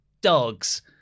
Dogs